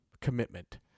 commitment